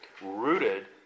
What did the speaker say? rooted